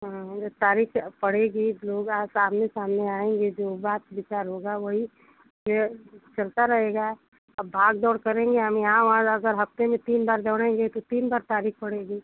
हाँ तारीख पड़ेगी सामने सामने आएंगे बात विचार होगा वही से चलता रहेगा अब भाग दौड़ करेंगे यानि यहाँ वहाँ जाकर हफ्ते में तीन बार दौड़ेंगे के तीन बार तारीक पड़ेगी